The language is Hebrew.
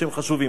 שהם חשובים.